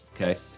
okay